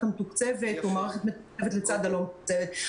המתוקצבת או מערכת מתוקצבת לצד הלא מתוקצבת.